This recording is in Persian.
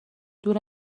دور